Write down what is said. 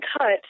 cut